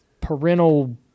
parental